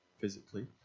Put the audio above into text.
physically